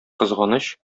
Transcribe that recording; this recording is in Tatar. кызганыч